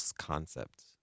concept